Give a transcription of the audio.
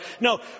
No